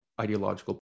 ideological